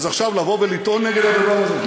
אז עכשיו לבוא ולטעון נגד הדבר הזה?